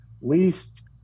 least